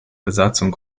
besatzung